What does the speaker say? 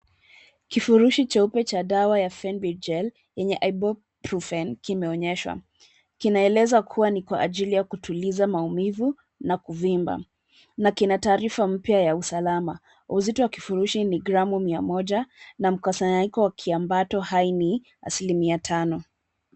Kifurushi cheupe cha dawa ya Fenbid Gel yenye Ibuprofen kimeonyeshwa. Kinaeleza kuwa ni kwa ajili ya kutuliza maumivu na kuvimba na kina taarifa mpya ya usalama. Uzito wa kifurushi ni gramu mia moja na mkusanyiko wa kiambato hai ni asilimia tano.